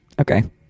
Okay